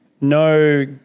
no